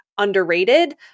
underrated